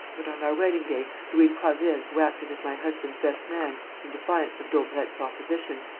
but on our wedding-day, louis prasville, who acted as my husband's best man in defiance of danbrecq's opposition,